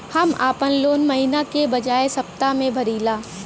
हम आपन लोन महिना के बजाय सप्ताह में भरीला